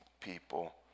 people